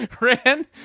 ran